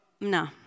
No